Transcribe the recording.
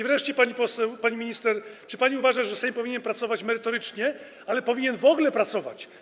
Wreszcie, pani poseł, pani minister, czy pani uważa, że Sejm powinien pracować merytorycznie, że w ogóle powinien pracować?